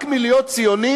רק מלהיות ציוני